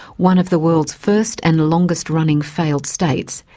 one of the world's first and longest running failed states,